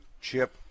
chip